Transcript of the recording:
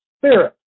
spirit